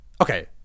okay